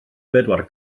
bedwar